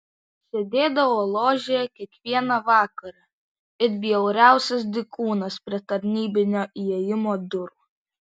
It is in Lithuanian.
sėdėdavo ložėje kiekvieną vakarą it bjauriausias dykūnas prie tarnybinio įėjimo durų